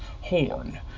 horn